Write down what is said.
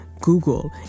Google